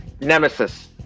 Nemesis